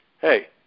Hey